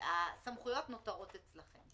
הסמכויות נותרות אצלכם.